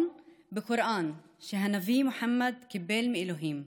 בקוראן שהנביא מוחמד קיבל מאלוהים.